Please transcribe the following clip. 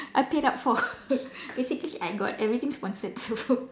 are paid up for basically I got everything sponsored so